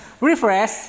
refresh